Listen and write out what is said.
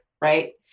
Right